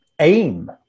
aim